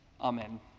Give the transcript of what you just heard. Amen